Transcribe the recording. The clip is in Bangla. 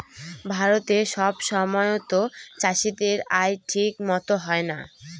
ভারতে সব সময়তো চাষীদের আয় ঠিক মতো হয় না